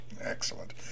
Excellent